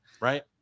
Right